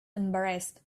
embarrassed